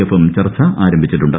എഫും ചർച്ച ആരംഭിച്ചിട്ടുണ്ട്